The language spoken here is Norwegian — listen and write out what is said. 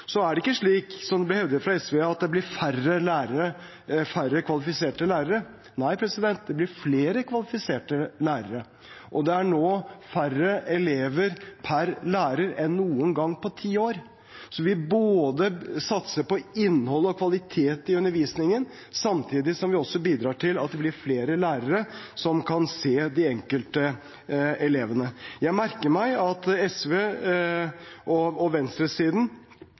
Så er det ikke slik, som det ble hevdet av SV, at det blir færre lærere, færre kvalifiserte lærere. Nei, det blir flere kvalifiserte lærere. Det er nå færre elever per lærer enn noen gang de siste ti årene. Vi satser på innhold og kvalitet i undervisningen samtidig som vi bidrar til at det blir flere lærere som kan se de enkelte elevene. Jeg merker meg at SV og venstresiden